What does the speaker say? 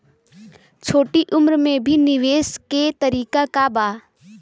छोटी उम्र में भी निवेश के तरीका क बा?